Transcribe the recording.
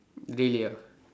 really ah